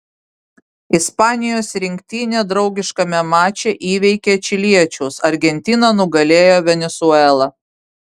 ispanijos rinktinė draugiškame mače įveikė čiliečius argentina nugalėjo venesuelą